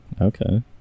Okay